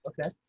Okay